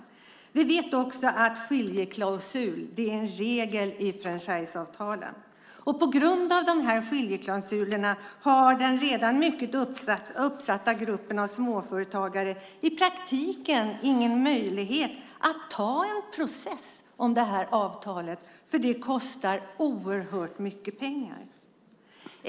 Vi vet också att skiljeklausul är en regel i franchiseavtalen. På grund av de här skiljeklausulerna har den redan mycket utsatta gruppen av småföretagare i praktiken ingen möjlighet att ta en process om det här avtalet, för det kostar oerhört mycket pengar.